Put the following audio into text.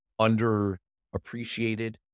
underappreciated